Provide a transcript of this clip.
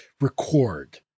record